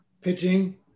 pitching